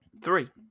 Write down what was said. Three